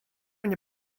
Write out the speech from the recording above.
nie